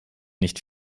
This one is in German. nicht